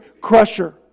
crusher